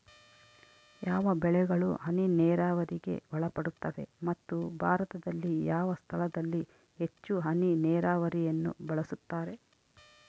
ಯಾವ ಬೆಳೆಗಳು ಹನಿ ನೇರಾವರಿಗೆ ಒಳಪಡುತ್ತವೆ ಮತ್ತು ಭಾರತದಲ್ಲಿ ಯಾವ ಸ್ಥಳದಲ್ಲಿ ಹೆಚ್ಚು ಹನಿ ನೇರಾವರಿಯನ್ನು ಬಳಸುತ್ತಾರೆ?